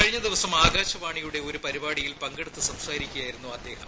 കഴിഞ്ഞ ദിവസം ആകാശവാണിയുടെ പങ്കെടുത്തു സംസാരിക്കുകയായിരുന്നു അദ്ദേഹം